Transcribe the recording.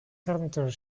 counter